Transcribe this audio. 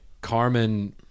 carmen